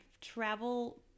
travel